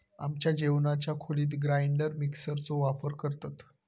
आमच्या जेवणाच्या खोलीत ग्राइंडर मिक्सर चो वापर करतत